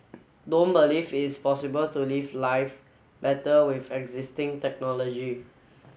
don't believe it's possible to live life better with existing technology